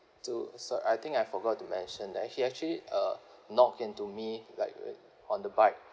do so I think I forgot to mention that he actually uh knocked into me like with on the bike